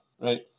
right